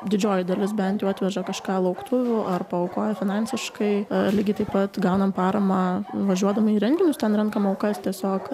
didžioji dalis bent jau atveža kažką lauktuvių ar paaukoja finansiškai a lygiai taip pat gaunam paramą važiuodami į renginius ten renkam aukas tiesiog